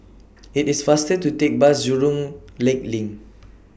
IT IS faster to Take Bus Jurong Lake LINK